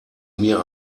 mir